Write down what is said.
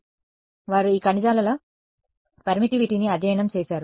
కాబట్టి వారు ఈ కణజాలాల పర్మిటివిటీని అధ్యయనం చేశారు